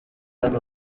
hano